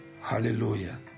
Hallelujah